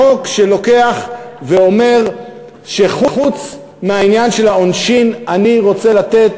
לחוק שלוקח ואומר שחוץ מהעניין של העונשין אני רוצה לתת